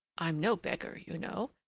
i'm no beggar, you know,